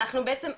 אנחנו בעצם,